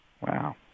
Wow